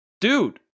Dude